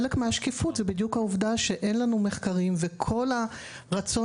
חלק מהשקיפות זו בדיוק העובדה שאין לנו מחקרים וכל הרצון